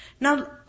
Now